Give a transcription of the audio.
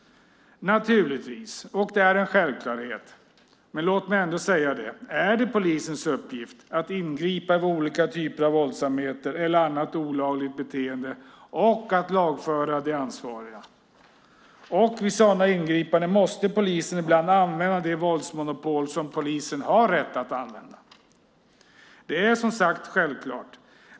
Naturligtvis är det - och det är en självklarhet, men låt mig ändå säga det - polisens uppgift att ingripa vid olika typer av våldsamheter eller annat olagligt beteende och att lagföra de ansvariga. Vid sådana ingripanden måste polisen ibland använda det våldsmonopol som polisen har rätt att använda. Det är som sagt självklart.